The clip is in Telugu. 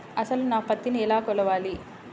అసలు నా పత్తిని ఎలా కొలవాలి?